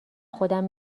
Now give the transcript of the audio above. خودم